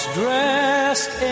dressed